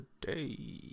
today